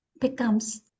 becomes